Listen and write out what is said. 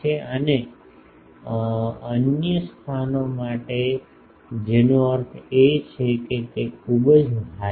અને અન્ય સ્થાનો માટે જેનો અર્થ એ છે કે તે ખૂબ જ હાઈ છે